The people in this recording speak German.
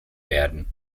werden